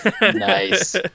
Nice